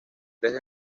desde